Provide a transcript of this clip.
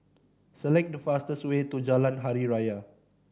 select the fastest way to Jalan Hari Raya